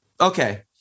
Okay